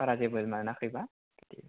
बारा जेबो मोनाखैबा